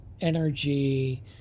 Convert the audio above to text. energy